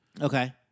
Okay